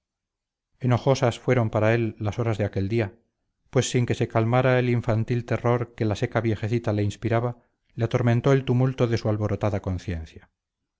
deseaba enojosas fueron para él las horas de aquel día pues sin que se calmara el infantil terror que la seca viejecita le inspiraba le atormentó el tumulto de su alborotada conciencia